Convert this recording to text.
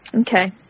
Okay